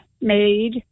made